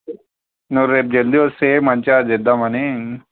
నువ్వు రేపు జల్ది వస్తే మంచిగా చేద్దామని